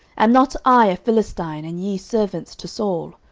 am not i a philistine, and ye servants to saul?